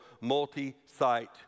multi-site